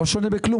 לא שונה בכלום,